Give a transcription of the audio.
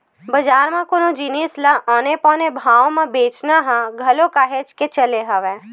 बजार म कोनो जिनिस ल औने पौने भाव म बेंचना ह घलो काहेच के चले हवय